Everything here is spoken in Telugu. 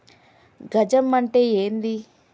గజం అంటే ఏంది?